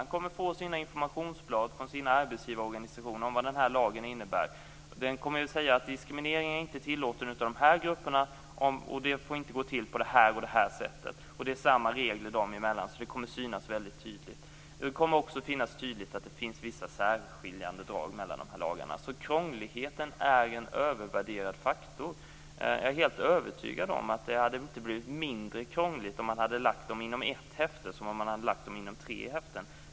Han kommer att få sina informationsblad från sin arbetsgivarorganisation om vad den här lagen innebär. Den kommer att säga att diskriminering inte är tillåten av de här grupperna, och det får inte gå till på det här och det här sättet. Och det är samma regler dem emellan, så det kommer att synas väldigt tydligt. Det kommer också att synas tydligt att det finns vissa särskiljande drag mellan de här lagarna, så krångligheten är en övervärderad faktor. Jag är helt övertygad om att det inte hade blivit mindre krångligt om man hade lagt dem i ett häfte än om man hade lagt dem i tre häften.